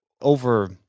over